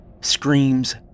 screams